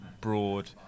broad